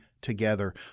together